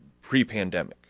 pre-pandemic